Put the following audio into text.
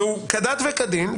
והוא כדת וכדין,